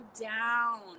down